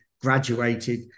graduated